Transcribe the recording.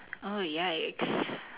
oh yikes